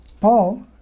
Paul